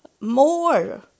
more